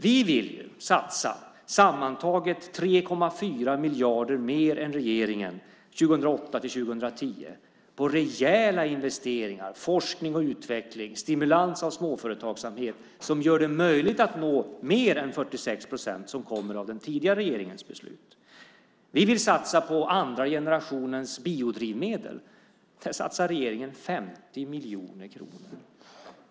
Vi vill sammantaget satsa 3,4 miljarder mer än regeringen 2008-2010 på rejäla investeringar, forskning och utveckling och stimulans av småföretagsamhet som gör det möjligt att nå mer än de 46 procent som kommer av den tidigare regeringens beslut. Vi vill satsa på den andra generationens biodrivmedel. Där satsar regeringen 50 miljoner kronor.